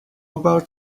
about